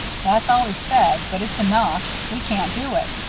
that's all he said, but it's enough. we can't do it